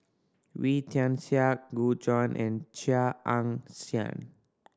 Wee Tian Siak Gu Juan and Chia Ann Siang